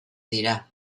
dira